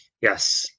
Yes